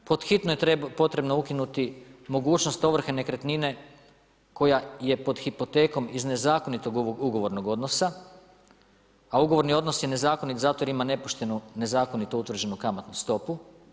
Pod hitno je potrebno ukinuti mogućnost ovrhe nekretnine koja je pod hipotekom iz nezakonitog ovog ugovornog odnosa, a ugovorni odnos je nezakonit zato jer ima nepoštenu, nezakonito utvrđenu kamatnu stopu.